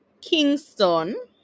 kingston